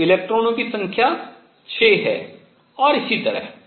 तो इलेक्ट्रॉनों की संख्या 6 है और इसी तरह